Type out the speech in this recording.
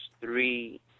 three